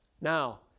Now